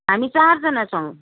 हामी चारजना छौँ